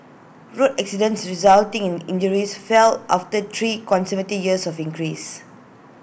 road accidents resulting in injuries fell after three consecutive years of increase